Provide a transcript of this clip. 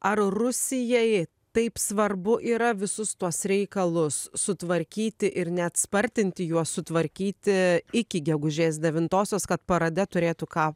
ar rusijai taip svarbu yra visus tuos reikalus sutvarkyti ir net spartinti juos sutvarkyti iki gegužės devintosios kad parade turėtų ką